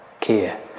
care